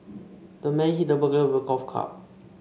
the man hit the burglar with a golf club